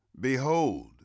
Behold